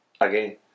again